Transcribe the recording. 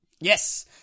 Yes